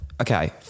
Okay